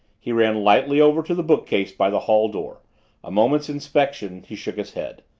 he ran lightly over to the bookcase by the hall door a moment's inspection he shook his head.